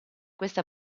questa